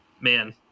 man